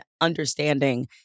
understanding